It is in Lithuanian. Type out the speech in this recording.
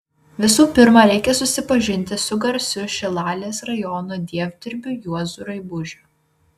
visų pirma reikia supažindinti su garsiu šilalės rajono dievdirbiu juozu raibužiu